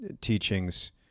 teachings